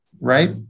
Right